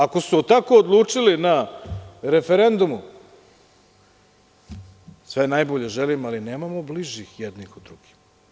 Ako su tako odlučili na referendumu, sve najbolje želim, ali nemamo bližih jednih od drugih.